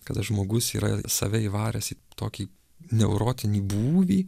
kada žmogus yra save įvaręs į tokį neurotinį būvį